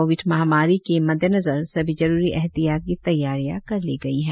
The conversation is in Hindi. कोविड महामारी के मद्देनजर सभी जरुरी एहतियात की तैयारियां कर ली गई है